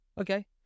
Okay